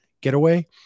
getaway